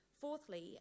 Fourthly